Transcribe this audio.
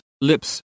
Lips